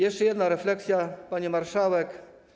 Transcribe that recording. Jeszcze jedna refleksja, pani marszałek.